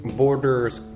borders